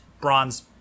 bronze